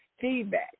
feedback